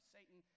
Satan